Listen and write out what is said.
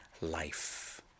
life